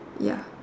ya